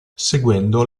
seguendo